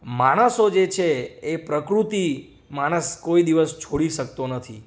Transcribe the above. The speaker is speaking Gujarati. માણસો જે છે એ પ્રકૃતિ માણસ કોઈ દિવસ છોડી શકતો નથી